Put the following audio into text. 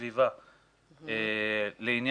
שלום לכולם.